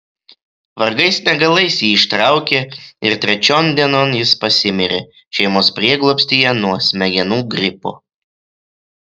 vargais negalais jį ištraukė ir trečion dienon jis pasimirė šeimos prieglobstyje nuo smegenų gripo